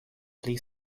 pli